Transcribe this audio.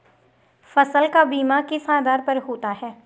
फसल का बीमा किस आधार पर होता है?